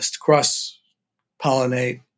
cross-pollinate